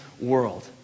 world